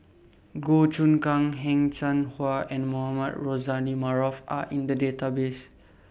Goh Choon Kang Heng Cheng Hwa and Mohamed Rozani Maarof Are in The Database